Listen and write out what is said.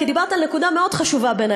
כי דיברת על נקודה מאוד חשובה בעיני,